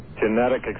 genetic